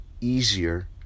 easier